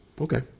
okay